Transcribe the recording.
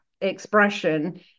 expression